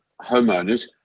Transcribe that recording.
homeowners